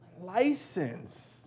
license